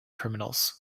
criminals